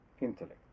intellect